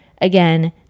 again